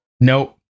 Nope